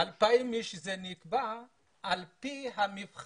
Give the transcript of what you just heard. הקביעה של 2,000 אנשים היא על פי מבחן